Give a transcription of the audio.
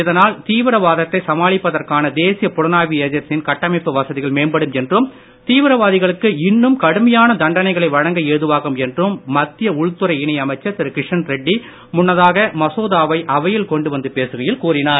இதனால் தீவிரவாதத்தை சமாளிப்பதற்கான தேசிய புலனாய்வு ஏஜென்சியின் கட்டமைப்பு வசதிகள் மேம்படும் என்றும் தீவிரவாதிகளுக்கு இன்னும் கடுமையான தண்டனைகளை வழங்க ஏதுவாகும் என்றும் மத்திய உள்துறை இணை அமைச்சர் திரு கிஷன் ரெட்டி முன்னதாகமசோதாவை அவையில் கொண்டு வந்து பேசுகையில் கூறினார்